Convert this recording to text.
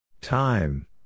Time